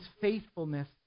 faithfulness